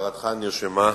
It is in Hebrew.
הערתך נרשמה.